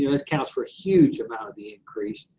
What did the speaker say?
you know accounts for a huge amount of the increase.